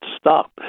stop